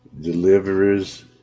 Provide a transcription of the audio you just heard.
delivers